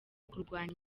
kurwanya